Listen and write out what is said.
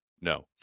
No